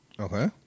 Okay